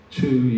two